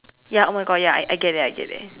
ya oh my god ya I get that I get that